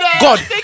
God